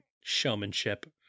Showmanship